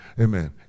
Amen